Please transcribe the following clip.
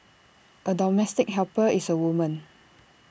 A domestic helper is A woman